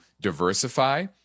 diversify